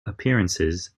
appearances